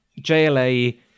JLA